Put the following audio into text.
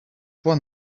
one